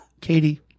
Katie